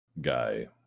guy